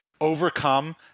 overcome